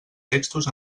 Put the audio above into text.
textos